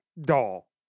doll